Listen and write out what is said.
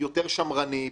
יותר שמרני,